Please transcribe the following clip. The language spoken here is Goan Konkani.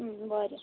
बरें